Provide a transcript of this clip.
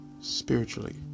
Spiritually